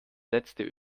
letzte